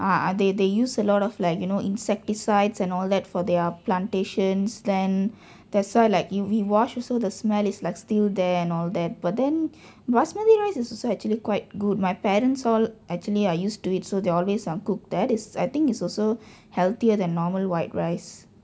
ah ah they they use a lot of like you know insecticides and all that for their plantations then that's why like you we wash also the smell is like still there and all that but then basmati rice is also actually quite good my parents all actually are used to it so they always um cook that is I think is also healthier than normal white rice